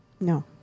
No